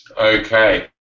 Okay